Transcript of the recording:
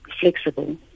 flexible